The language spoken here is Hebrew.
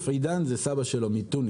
חלקם הולכים ל-D&B, חלקם ל-BDI.